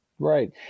Right